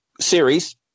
Series